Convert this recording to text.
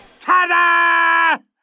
Ta-da